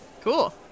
Cool